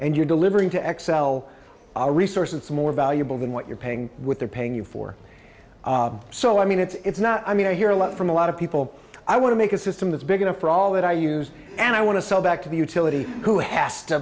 and you're delivering to x l a resource it's more valuable than what you're paying with they're paying you for so i mean it's not i mean i hear a lot from a lot of people i want to make a system that's big enough for all that i use and i want to sell back to the utility who has to